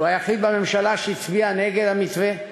שהוא היחיד בממשלה שהצביע נגד המתווה,